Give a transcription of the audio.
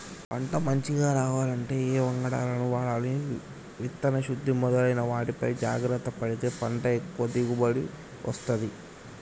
పంట మంచిగ రావాలంటే ఏ వంగడాలను వాడాలి విత్తన శుద్ధి మొదలైన వాటిపై జాగ్రత్త పడితే పంట ఎక్కువ దిగుబడి వస్తది